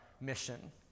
mission